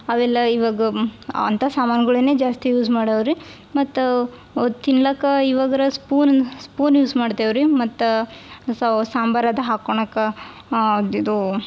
ಅವೆಲ್ಲ ಇವಾಗ ಅಂಥ ಸಾಮಾನುಗಳನ್ನೇ ಜಾಸ್ತಿ ಯೂಸ್ ಮಾಡವು ರೀ ಮತ್ತು ತಿನ್ಲಿಕ್ಕ ಇವಾಗರ ಸ್ಫೂನ್ ಸ್ಫೂನ್ ಯೂಸ್ ಮಾಡ್ತೇವೆ ರೀ ಮತ್ತು ಸಾಂಬಾರು ಅದು ಹಾಕೊಳಕ ಅದು ಇದು